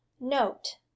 note